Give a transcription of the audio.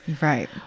Right